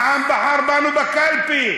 העם בחר בנו בקלפי.